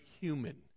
human